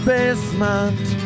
Basement